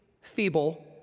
feeble